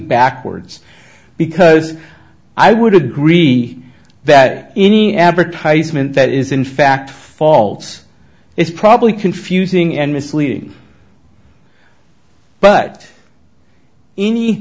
backwards because i would agree that any advertisement that is in fact false is probably confusing and misleading but any